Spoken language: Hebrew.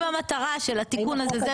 אם המטרה של התיקון הזה,